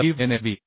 तर ही व्हीएनएसबी